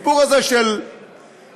הסיפור הזה של החוק,